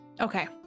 Okay